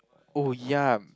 oh ya